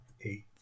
eight